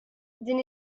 din